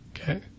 Okay